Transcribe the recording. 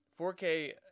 4K